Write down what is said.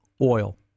oil